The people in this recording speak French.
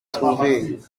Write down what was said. trouver